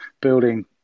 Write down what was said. building